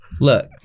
Look